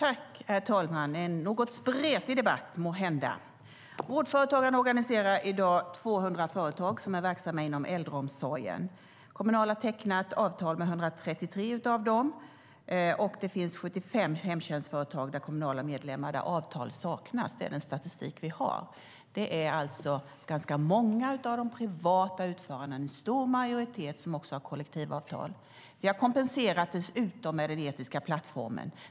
Herr talman! Det är en måhända något spretig debatt. Vårdföretagarna organiserar i dag 200 företag som är verksamma inom äldreomsorgen. Kommunal har tecknat avtal med 133 av dem. Det finns 75 hemtjänstföretag där Kommunal har medlemmar och där avtal saknas. Det är den statistik som vi har. Det är alltså ganska många av de privata utförarna - en stor majoritet - som har kollektivavtal. Vi har dessutom kompenserat med den etiska plattformen.